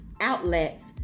outlets